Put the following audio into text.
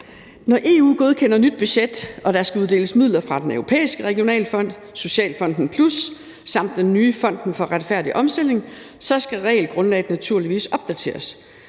Når EU godkender nyt budget og der skal uddeles midler fra Den Europæiske Regionalfond, Socialfonden Plus samt den nye Fonden for Retfærdig Omstilling, skal regelgrundlaget naturligvis opdateres.